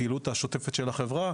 מהפעילות השוטפת של החברה,